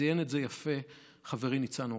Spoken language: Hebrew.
וציין את זה יפה חברי ניצן הורוביץ.